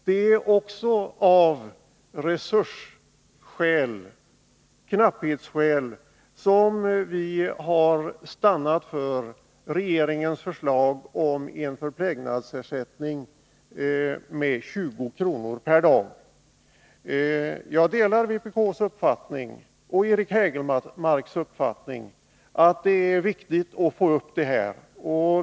Det är också av resursskäl — knapphetsskäl — som vi har stannat för regeringens förslag om en förplägnadsersättning med 20 kr. per dag. Jag delar vpk:s och Eric Hägelmarks uppfattning att det är viktigt att höja denna ersättning.